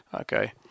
okay